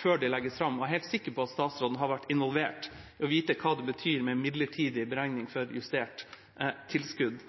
før de legger fram slike innstillinger. Jeg er helt sikker på at statsråden har vært involvert og vet hva midlertidig beregning for justert tilskudd,